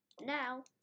Now